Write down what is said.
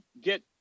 get